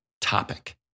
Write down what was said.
topic